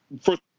first